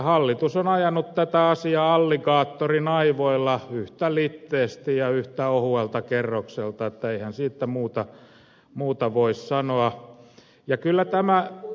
hallitus on ajanut tätä asiaa alligaattorin aivoilla yhtä litteästi ja yhtä ohuelta kerrokselta eihän siitä muuta voi sanoa